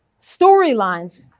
Storylines